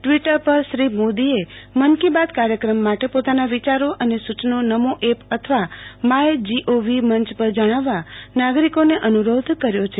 Twitter પર શ્રી મોદીએ મન કી બાત કાર્યક્રમ માટે પોતાના વિચારો અને સૂચનો નમો એપ અથવા માય જીઓવી મંચ પર જણાવવા નાગરિકોને અનુરોધ કર્યો છે